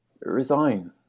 resign